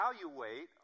evaluate